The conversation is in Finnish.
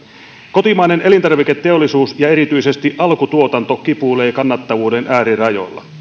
kotimainen elintarviketeollisuus ja erityisesti alkutuotanto kipuilee kannattavuuden äärirajoilla